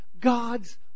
God's